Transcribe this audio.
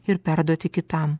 ir perduoti kitam